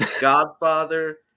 godfather